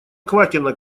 квакина